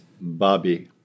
Bobby